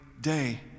day